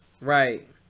Right